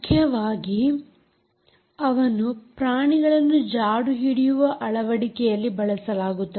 ಮುಖ್ಯವಾಗಿ ಅವನ್ನು ಪ್ರಾಣಿಗಳನ್ನು ಜಾಡುಹಿಡಿಯುವ ಅಳವಡಿಕೆಯಲ್ಲಿ ಬಳಸಲಾಗುತ್ತದೆ